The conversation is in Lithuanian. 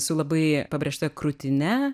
su labai pabrėžta krūtine